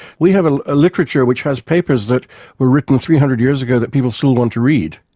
we have a ah literature which has papers that were written three hundred years ago that people still want to read.